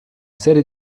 serie